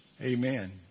Amen